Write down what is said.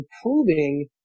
improving